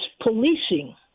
policing